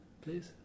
please